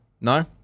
no